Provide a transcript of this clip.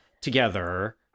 together